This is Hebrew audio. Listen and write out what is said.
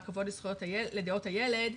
הכבוד לדעות הילד,